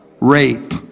Rape